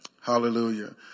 Hallelujah